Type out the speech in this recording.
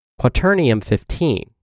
Quaternium-15